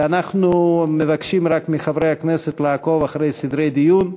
אנחנו מבקשים מחברי הכנסת לעקוב אחרי סדרי הדיון.